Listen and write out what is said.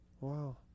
Wow